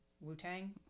Wu-Tang